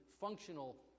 functional